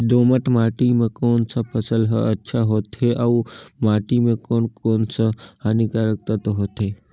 दोमट माटी मां कोन सा फसल ह अच्छा होथे अउर माटी म कोन कोन स हानिकारक तत्व होथे?